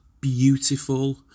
beautiful